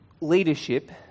leadership